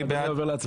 מי בעד?